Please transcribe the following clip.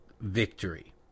victory